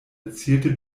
erzielte